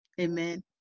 Amen